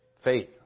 Faith